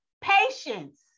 Patience